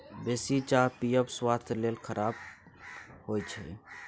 बेसी चाह पीयब स्वास्थ्य लेल खराप होइ छै